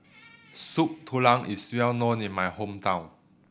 Soup Tulang is well known in my hometown